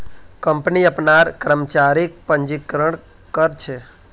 company अपनार कर्मचारीक पंजीकृत कर छे